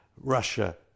Russia